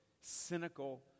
cynical